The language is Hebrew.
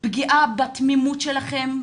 פגיעה בתמימות שלכן,